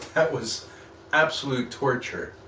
that was absolute torture